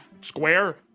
Square